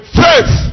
faith